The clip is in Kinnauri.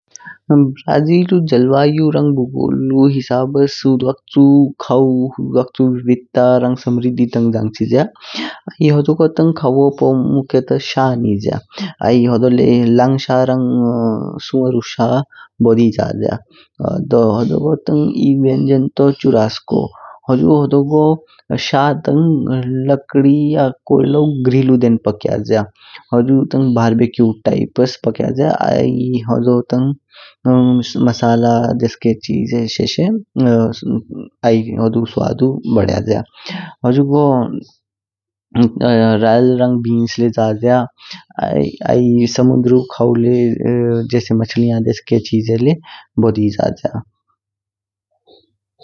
ब्राज़ीलु जलवायु रांग भुगोलु हिसाब्स हुद्वकचु खावु हुद्वकचु विविधता रांग स्मृदि तांग जञ्चिज्य। सी होड़गो तांग खाऊ पू मुख्यता शा निच्या, आइ होड़ो लय लॉंग शा रांग सुवरु शा बोडि जज्य। डू होड़गो तांग ई व्यञ्जन तो चुरास्को होड़ो हुजु शा तांग लकड़ी या कोयलौ ग्रिल्लु देन पक्यज्य, हुजु तांग बाबेकयु टाइप्स पक्यज्य। आइ डोनो तांग मसाला देसके चिजे शेषे हुदु स्वाद बढ्यज्य. हुजुगो राल रांग बीन्स ले जज्य। आइ सुमुंद्रो खावु ले जेस महलिया देसके चिजे ले बोडि जज्य।